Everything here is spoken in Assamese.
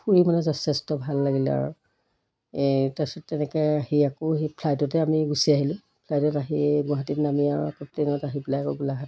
ফুৰি মানে যথেষ্ট ভাল লাগিলে আৰু এই তাৰপিছত তেনেকৈ আহি আকৌ সেই ফ্লাইটতে আমি গুচি আহিলোঁ ফ্লাইটত আহি গুৱাহাটীত নামি আৰু ট্ৰেইনত আহি পেলাই আকৌ গোলাঘাট